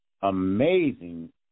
amazing